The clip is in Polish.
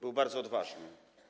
Był bardzo odważny.